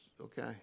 okay